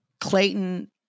Clayton